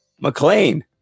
McLean